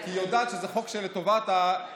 כי היא יודעת שזה חוק לטובת האימהות,